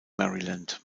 maryland